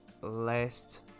last